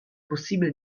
possibile